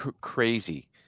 crazy